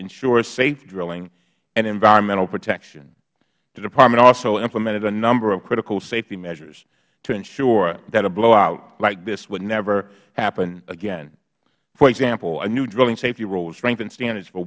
ensure safe drilling and environmental protection the department also implemented a number of critical safety measures to ensure that a blowout like this would never happen again for example a new drilling safety rule strengthened standards for